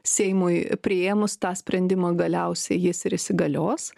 seimui priėmus tą sprendimą galiausiai jis ir įsigalios